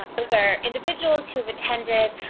those are individuals who have attended